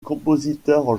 compositeur